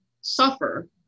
suffer